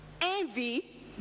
envy